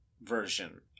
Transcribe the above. version